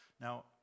Now